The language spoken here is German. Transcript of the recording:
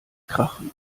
krachen